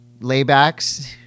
laybacks